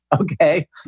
Okay